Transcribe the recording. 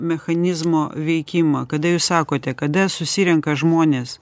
mechanizmo veikimą kada jūs sakote kada susirenka žmonės